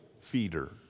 feeder